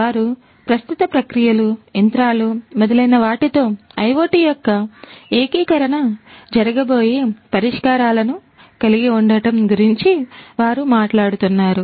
వారు ప్రస్తుత ప్రక్రియలు యంత్రాలు మొదలైన వాటితో IoT యొక్క ఏకీకరణ జరగబోయే పరిష్కారాలను కలిగి ఉండటం గురించి వారు మాట్లాడుతున్నారు